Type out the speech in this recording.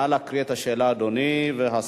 נא להקריא את השאלה, אדוני, והשר ישיב.